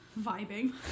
Vibing